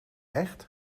echt